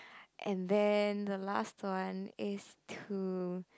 and then the last one is to